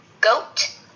goat